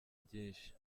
byinshi